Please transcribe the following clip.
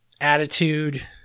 Attitude